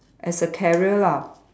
as a carrier lah